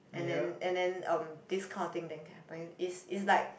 and then and then um this kind of thing then can happen it's it's like